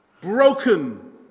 Broken